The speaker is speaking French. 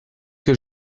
que